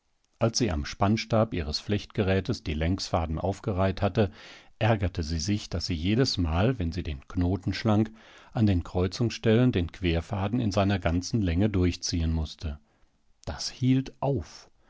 als sie am spannstab ihres flechtgerätes die längsfäden aufgereiht hatte ärgerte sie sich daß sie jedesmal wenn sie den knoten schlang an den kreuzungsstellen den querfaden in seiner ganzen länge durchziehen mußte das hielt auf